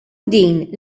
din